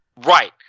Right